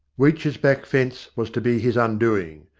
weech's back-fence was to be his undoing.